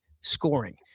scoring